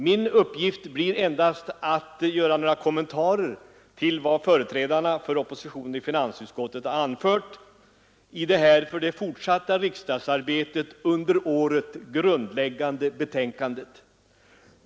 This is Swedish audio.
Min uppgift blir endast att göra några kommentarer till vad företrädarna för oppositionen i finansutskottet har anfört i detta för det fortsatta riksdagsarbetet under året grundläggande betänkande.